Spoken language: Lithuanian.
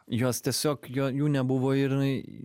jos tiesiog jo jų nebuvo ir jinai